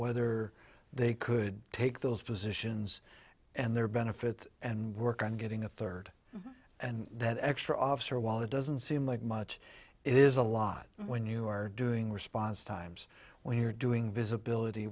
whether they could take those positions and their benefits and work on getting a third and that extra officer while it doesn't seem like much is a lot when you're doing response times when you're doing visibility